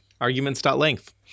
Arguments.length